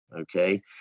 okay